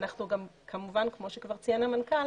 ואנחנו כמו שציין המנכ"ל